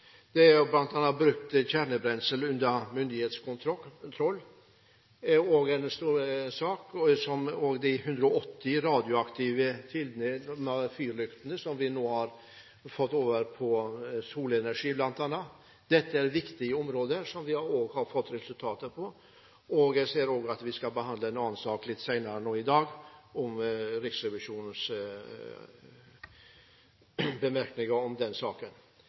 det fortsatt ikke brukt kjernebrensel under myndighetskontroll – også en stor sak fjerning av 180 fyrlykter drevet med radioaktiv kilde, nå drevet med solenergi Dette er viktige områder, der vi har fått resultater. Jeg ser at vi også skal behandle en annen sak litt senere i dag, om Riksrevisjonens bemerkninger til den saken.